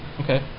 Okay